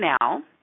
now